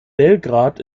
belgrad